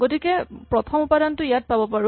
গতিকে মই প্ৰথম উপাদানটো ইয়াত পাব পাৰো